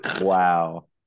Wow